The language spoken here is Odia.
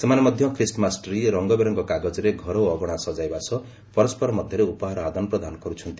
ସେମାନେ ମଧ୍ୟ ଖ୍ରୀଷ୍ଟମାସ ଟ୍ରି ରଙ୍ଗବେରଙ୍ଗ କାଗଜରେ ଘର ଓ ଅଗଣା ସଜାଇବା ସହ ପରସ୍କର ମଧ୍ୟରେ ଉପହାର ଆଦାନପ୍ରଦାନ କରୁଛନ୍ତି